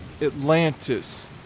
Atlantis